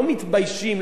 לא מתביישים,